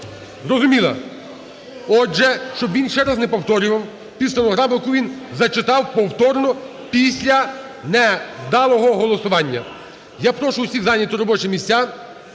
Зрозуміла. Отже, щоб він ще раз не повторював під стенограму, яку він зачитав повторно після невдалого голосування. Я прошу усіх зайняти робочі місця